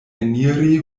eniri